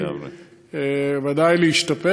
וודאי להשתפר.